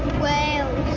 wales.